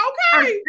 Okay